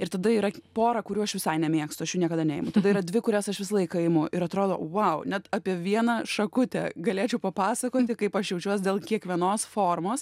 ir tada yra pora kurių aš visai nemėgstu aš jų niekada neimu tada yra dvi kurias aš visą laiką imu ir atrodo vau net apie vieną šakutę galėčiau papasakoti kaip aš jaučiuos dėl kiekvienos formos